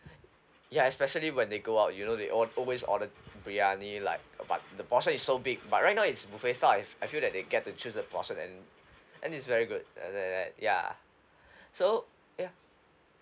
ya especially when they go out you know they all always order briyani like but the portion is so big but right now it's buffet style I f~ I feel that they get to choose the portion and and it's very good and and ya so ya